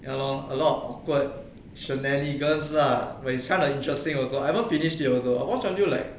ya lor a lot awkward lah but it's kind of interesting also I haven't finished it also I watch until like